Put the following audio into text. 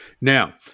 Now